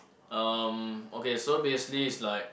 um okay so basically it's like